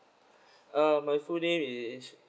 uh my full name is